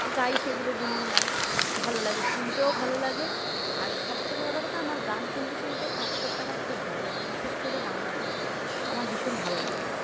গাই সেগুলো গুনগুনাই ভালো লাগে শুনতেও ভালো লাগে আর সবথেকে বড়ো কথা আমার গান শুনতে শুনতে কাজ করতে আমার খুব ভালো লাগে বিশেষ করে রান্নাটা আমার ভীষণ ভালো লাগে